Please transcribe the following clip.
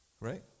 right